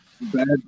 bad